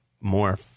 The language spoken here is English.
more